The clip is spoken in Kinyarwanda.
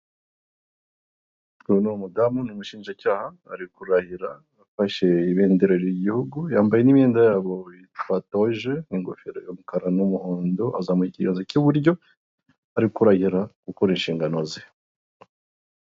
Uyu n'umudamu n'umushinjacyaha, ari kurahira afashe ibendera ry'igihugu. Yambaye n'imyenda yabo yitwa toje, n'ingofero y'umukara n'umuhondo. Azamuye ikiganza cy'iburyo, ari kurahira gukora inshingano ze.